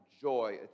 joy